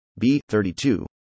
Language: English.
B32